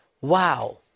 Wow